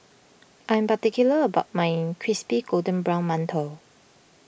I am particular about my Crispy Golden Brown Mantou